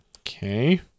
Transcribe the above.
Okay